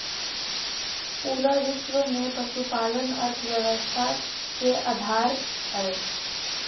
पूरा विश्व में पशुपालन अर्थव्यवस्था के आधार हई